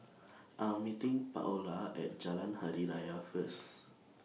I'm meeting Paola At Jalan Hari Raya First